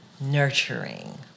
nurturing